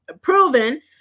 proven